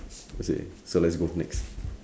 is it so let's go next